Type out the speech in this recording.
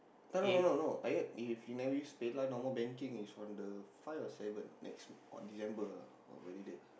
no no no no I heard if you never use PayNow normal banking is from the five or seven next or December ah !wah! very late ah how late